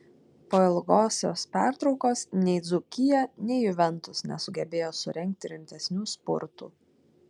po ilgosios pertraukos nei dzūkija nei juventus nesugebėjo surengti rimtesnių spurtų